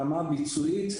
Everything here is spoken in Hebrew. ברמה הביצועית,